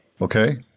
Okay